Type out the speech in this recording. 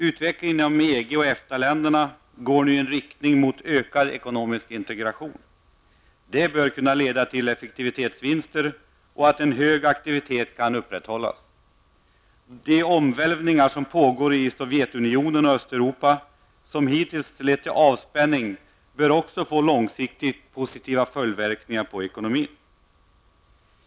Utvecklingen inom EG och EFTA-länderna går nu i riktning mot ökad ekonomisk integration. Det bör kunna leda till effektivitetsvinster och till att en hög aktivitet kan upprätthållas. De omvälvningar som pågår i Sovjetunionen och Östeuropa, som hittills lett till avspänning, bör få långsiktigt positiva följdverkningar på ekonomin.